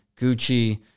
Gucci